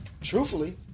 truthfully